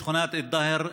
שכונת א-דהר,